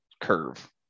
curve